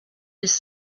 his